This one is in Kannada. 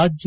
ರಾಜ್ಯ